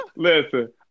Listen